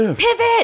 Pivot